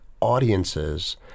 audiences